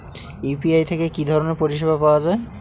UPI থেকে কি ধরণের পরিষেবা পাওয়া য়ায়?